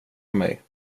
mig